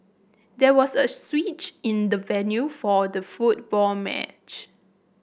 there was a switch in the venue for the football match